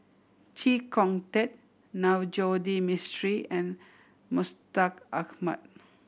Chee Kong Tet Navroji D Mistri and Mustaq Ahmad